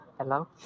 Hello